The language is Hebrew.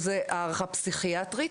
זה הערכה פסיכיאטרית?